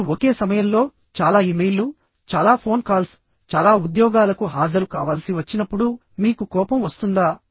మీరు ఒకే సమయంలో చాలా ఇమెయిల్లు చాలా ఫోన్ కాల్స్ చాలా ఉద్యోగాలకు హాజరు కావాల్సి వచ్చినప్పుడు మీకు కోపం వస్తుందా